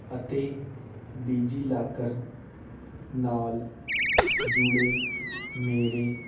ਅਤੇ ਡਿਜੀਲਾਕਰ ਨਾਲ ਜੁੜੇ ਮੇਰੇ